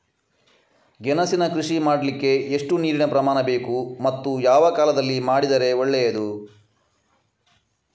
ಗೆಣಸಿನ ಕೃಷಿ ಮಾಡಲಿಕ್ಕೆ ಎಷ್ಟು ನೀರಿನ ಪ್ರಮಾಣ ಬೇಕು ಮತ್ತು ಯಾವ ಕಾಲದಲ್ಲಿ ಮಾಡಿದರೆ ಒಳ್ಳೆಯದು?